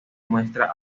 muestra